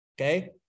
okay